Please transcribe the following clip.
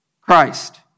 Christ